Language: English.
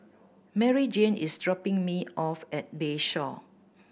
Maryjane is dropping me off at Bayshore